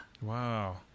Wow